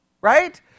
right